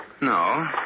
No